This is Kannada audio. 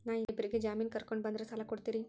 ನಾ ಇಬ್ಬರಿಗೆ ಜಾಮಿನ್ ಕರ್ಕೊಂಡ್ ಬಂದ್ರ ಸಾಲ ಕೊಡ್ತೇರಿ?